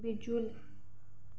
visual